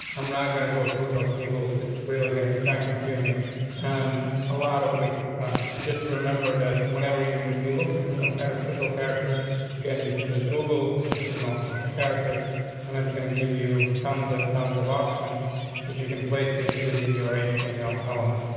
i'm not gonna go through those tables. it's really gonna be time consuming and a lot of wasted time. just remember that whenever you would be looking for some kind of special character again, you can just google machine ah special characters and it's gonna give you tons and tons of options as you can place it within your agent amount element.